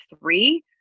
three